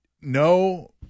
No